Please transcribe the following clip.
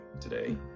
today